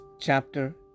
chapter